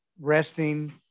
resting